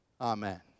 Amen